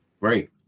Right